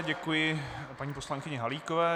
Děkuji paní poslankyni Halíkové.